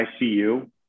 ICU